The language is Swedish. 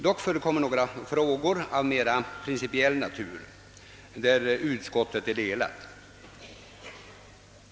Dock förekommer några frågor av mera. principiell natur i vilka utskottet är delat.